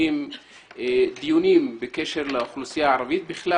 דיונים בקשר לאוכלוסייה הערבית בכלל